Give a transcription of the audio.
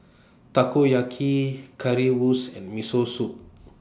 Takoyaki Currywurst and Miso Soup